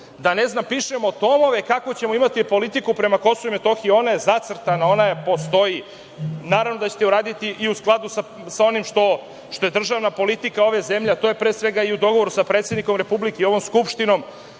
put da pišemo tomove kako ćemo imati politiku prema KiM. Ona je zacrtana, ona postoji. Naravno da ćete raditi u skladu sa onim što je državna politika ove zemlje, a to je pre svega u dogovoru sa predsednikom Republike i ovom Skupštinom.